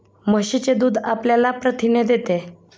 म्हशीचे दूध आपल्याला प्रथिने देते